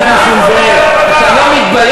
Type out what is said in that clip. חבר הכנסת נסים זאב, אתה לא מתבייש?